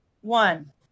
one